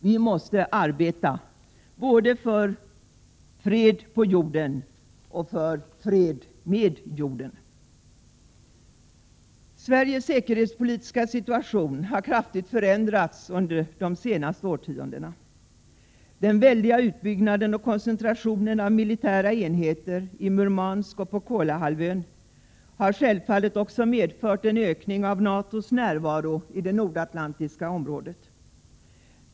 Vi måste arbeta både för fred på jorden och för fred med jorden. Sveriges säkerhetspolitiska situation har kraftigt förändrats under de senaste årtiondena. Den väldiga utbyggnaden och koncentrationen av militära enheter i Murmansk och på Kolahalvön har självfallet också medfört en ökning av NATO:s närvaro i det nordatlantiska området.